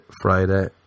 Friday